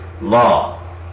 law